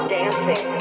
dancing